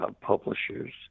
publishers